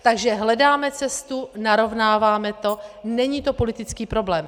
Takže hledáme cestu, narovnáváme to, není to politický problém.